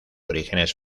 orígenes